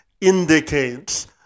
indicates